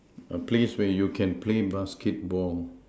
a place where you can play basketball